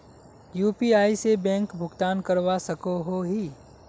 UPI से bank भुगतान करवा सकोहो ही?